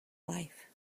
life